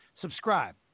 subscribe